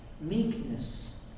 Meekness